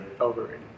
Overrated